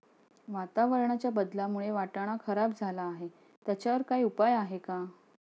वातावरणाच्या बदलामुळे वाटाणा खराब झाला आहे त्याच्यावर काय उपाय आहे का?